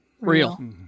Real